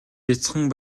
бяцхан